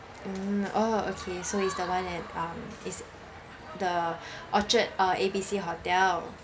mm orh okay so it's the one at um it's the orchard uh A B C hotel